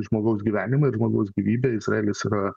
žmogaus gyvenimą ir žmogaus gyvybę izraelis yra